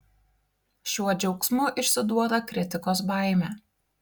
šiuo džiaugsmu išsiduoda kritikos baimę